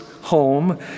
home